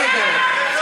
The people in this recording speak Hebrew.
נגד.